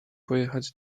pojechać